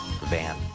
van